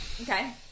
Okay